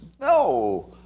No